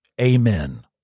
Amen